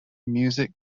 music